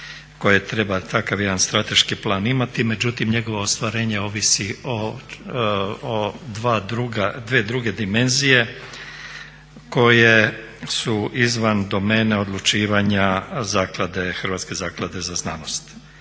koje treba takav jedan strateški plan imati, međutim njegovo ostvarenje ovisi o dvije druge dimenzije koje su izvan domene odlučivanja zaklade, Hrvatske zaklade za znanost.